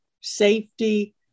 safety